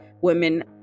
women